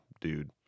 dude